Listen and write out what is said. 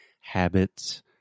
habits